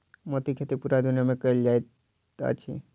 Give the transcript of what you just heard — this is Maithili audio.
मोतीक खेती पूरा दुनिया मे कयल जाइत अछि